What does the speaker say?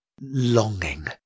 longing